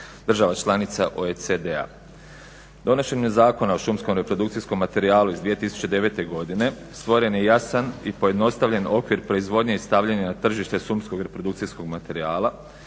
država članica OECD-a. Donošenjem Zakona o šumskom reprodukcijskom materijalu iz 2009. godine stvoren je jasan i pojednostavljen okvir proizvodnje i stavljanja na tržište šumskog reprodukcijskog materijala